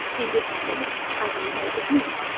in this case, as in the case of wheat,